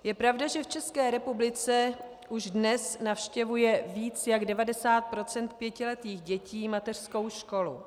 Je pravda, že v České republice už dnes navštěvuje víc jak 90 % pětiletých dětí mateřskou školu.